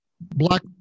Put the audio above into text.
Black